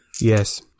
Yes